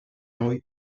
noi